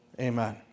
Amen